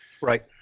Right